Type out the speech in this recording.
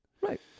right